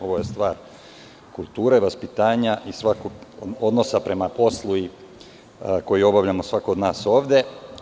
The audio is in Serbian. Ovo je stvar kulture, vaspitanja i svakako odnosa prema poslu koji obavlja svako od nas ovde.